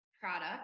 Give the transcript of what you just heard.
product